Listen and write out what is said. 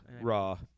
Raw